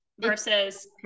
versus